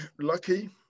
lucky